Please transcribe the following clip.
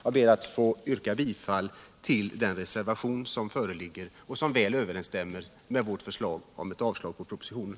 Jag ber att få yrka bifall till den reservation som föreligger och som väl överensstämmer med vårt förslag om avslag på propositionen.